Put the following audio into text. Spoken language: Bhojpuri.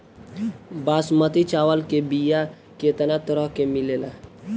बासमती चावल के बीया केतना तरह के मिलेला?